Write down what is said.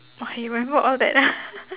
oh you remember all that ah